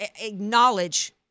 acknowledge